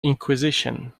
inquisition